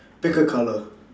pick a colour